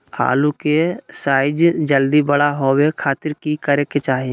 आलू के साइज जल्दी बड़ा होबे खातिर की करे के चाही?